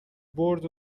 برد